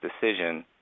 decision